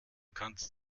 kannst